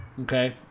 Okay